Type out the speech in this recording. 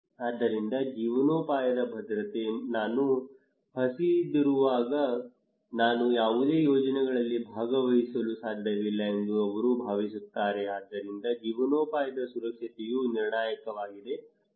ಆದ್ದರಿಂದ ಜೀವನೋಪಾಯದ ಭದ್ರತೆ ನಾನು ಹಸಿದಿರುವಾಗ ನಾನು ಯಾವುದೇ ಯೋಜನೆಗಳಲ್ಲಿ ಭಾಗವಹಿಸಲು ಸಾಧ್ಯವಿಲ್ಲ ಎಂದು ಅವರು ಭಾವಿಸುತ್ತಾರೆ ಆದ್ದರಿಂದ ಜೀವನೋಪಾಯದ ಸುರಕ್ಷತೆಯು ನಿರ್ಣಾಯಕವಾಗಿದೆ